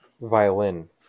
violin